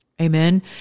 Amen